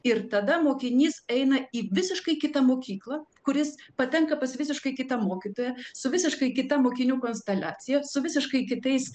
ir tada mokinys eina į visiškai kitą mokyklą kur jis patenka pas visiškai kitą mokytoją su visiškai kita mokinių konsteliacija su visiškai kitais